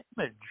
image